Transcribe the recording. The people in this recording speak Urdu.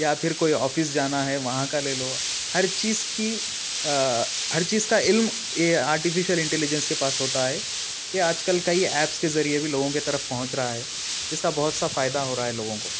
یا پھر کوئی آفس جانا ہے وہاں کا لے لو ہر چیز کی آ ہر چیز کا علم یہ آرٹیفیشیل انٹیلیجیس کے پاس ہوتا ہے یہ آج کل کئی ایپس کے ذریعے بھی لوگوں کے طرف پہنچ رہا ہے اس کا بہت سا فائدہ ہو رہا ہیں لوگوں کو